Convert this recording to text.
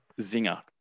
zinger